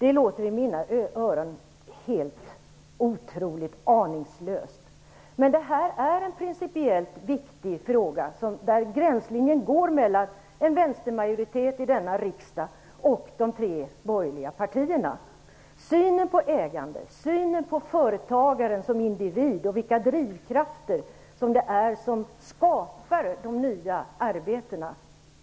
I mina öron låter det helt otroligt och aningslöst. Detta är en principiellt viktig fråga där gränslinjen går mellan en vänstermajoritet i denna riksdag och de tre borgerliga partierna. Skillnaden ligger i synen på ägandet, på företagaren som individ och på vilka drivkrafter som skapar de nya arbetena.